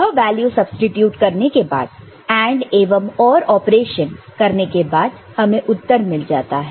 यह value substitute करने के बाद AND एवं OR ऑपरेशन करने के बाद हमें उत्तर मिल जाता है